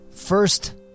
first